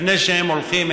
לפני שהם הולכים,